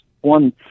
one